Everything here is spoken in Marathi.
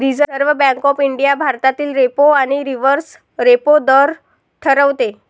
रिझर्व्ह बँक ऑफ इंडिया भारतातील रेपो आणि रिव्हर्स रेपो दर ठरवते